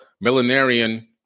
millenarian